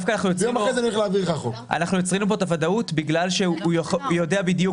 דווקא אנחנו יוצרים לו כאן את הוודאות בגלל שהוא יודע בדיוק